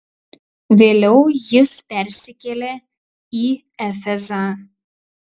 vėliau jis persikėlė į efezą